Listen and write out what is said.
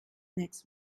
next